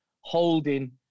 holding